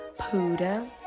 Puda